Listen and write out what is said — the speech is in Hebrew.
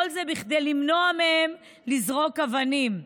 כל זה כדי למנוע מהם לזרוק אבנים.